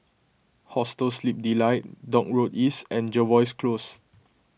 Hostel Sleep Delight Dock Road East and Jervois Close